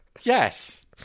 Yes